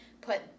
put